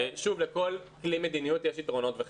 שוב, לכל כלי מדיניות יש יתרונות וחסרונות.